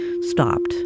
stopped